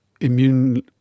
immune